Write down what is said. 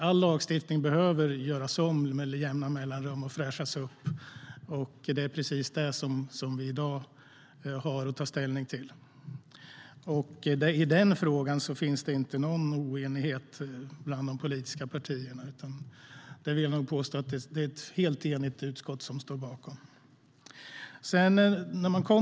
All lagstiftning behöver göras om och fräschas upp med jämna mellanrum, och det är precis det förslag som vi i dag har att ta ställning till. I den frågan finns det inte någon oenighet bland de politiska partierna, utan jag vill nog påstå att det är ett helt enigt utskott som står bakom förslaget.